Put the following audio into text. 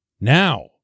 Now